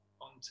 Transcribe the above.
on